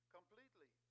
Completely